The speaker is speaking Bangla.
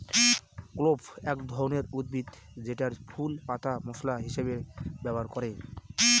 ক্লোভ এক ধরনের উদ্ভিদ যেটার ফুল, পাতা মশলা হিসেবে ব্যবহার করে